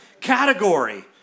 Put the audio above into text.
category